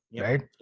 right